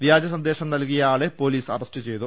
വ്യാജ സന്ദേശം നൽകിയ ആളെ പൊലീസ് അറസ്റ്റ് ചെയ്തു